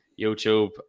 YouTube